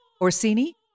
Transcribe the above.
Orsini